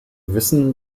wissen